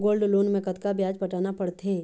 Gold loan मे कतका ब्याज पटाना पड़थे?